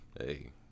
Hey